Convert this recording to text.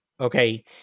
Okay